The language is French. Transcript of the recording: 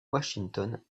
washington